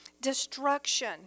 Destruction